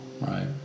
Right